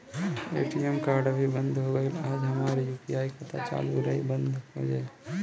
ATM card अभी बंद हो गईल आज और हमार यू.पी.आई खाता चालू रही की बन्द हो जाई?